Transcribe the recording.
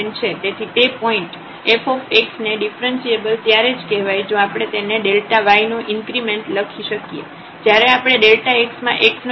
તેથી તે point f ને ડિફ્રન્સિએબલ ત્યારે જ કહેવાય જો આપણે તેને y નો ઇન્ક્રીમેન્ટ લખી શકીએ જ્યારે આપણે x માં x નો ઇન્ક્રીમેન્ટ આપીએ